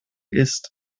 ist